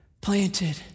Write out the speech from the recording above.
planted